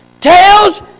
Tails